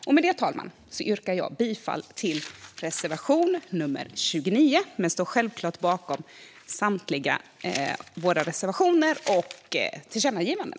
Fru talman! Jag yrkar bifall till reservation 29, men jag står självklart bakom Centerpartiets samtliga reservationer och tillkännagivanden.